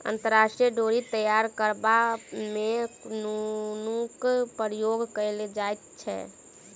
अंतरी डोरी तैयार करबा मे नूनक प्रयोग कयल जाइत छै